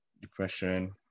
depression